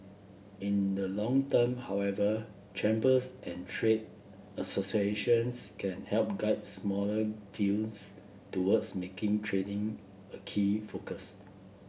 in the long term however chambers and trade associations can help guide smaller films towards making training a key focus